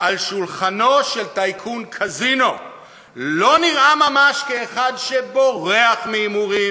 על שולחנו של טייקון קזינו לא נראה ממש כאחד שבורח מהימורים.